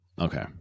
Okay